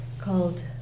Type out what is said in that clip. called